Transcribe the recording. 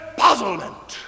puzzlement